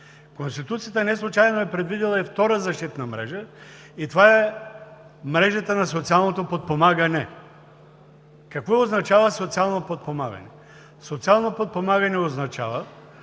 Конституцията неслучайно е предвидила и втора защитна мрежа и това е мрежата на социалното подпомагане. Какво означава социално подпомагане? Социално подпомагане означава